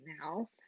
now